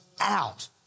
out